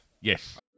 Yes